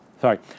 Sorry